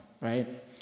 Right